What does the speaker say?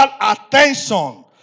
attention